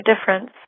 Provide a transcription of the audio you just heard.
difference